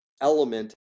element